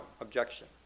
objection